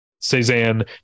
Cezanne